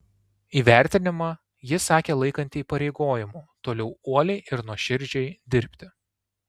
įvertinimą ji sakė laikanti įpareigojimu toliau uoliai ir nuoširdžiai dirbti